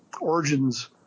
Origins